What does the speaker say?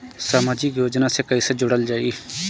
समाजिक योजना से कैसे जुड़ल जाइ?